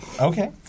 Okay